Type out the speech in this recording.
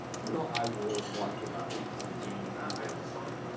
you know i will watch an occasional game here or there.